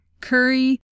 curry